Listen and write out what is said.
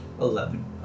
Eleven